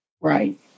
Right